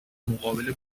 مقابله